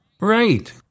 Right